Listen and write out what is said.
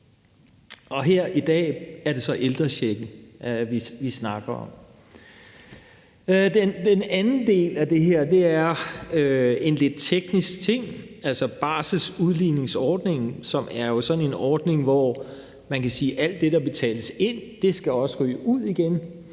Og her i dag er det så ældrechecken, vi snakker om. Den anden del af det her er en lidt teknisk ting, altså barselsudligningsordningen, som jo er sådan en ordning, hvor man kan sige, at alt det, der betales ind, også skal ryge ud igen,